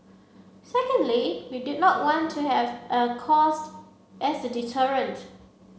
secondly we did not want to have a cost as a deterrent